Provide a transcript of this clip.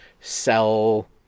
sell